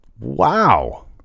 wow